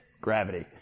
gravity